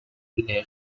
les